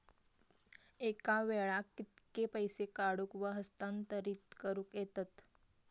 एका वेळाक कित्के पैसे काढूक व हस्तांतरित करूक येतत?